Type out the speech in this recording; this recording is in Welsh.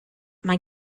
mae